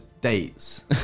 dates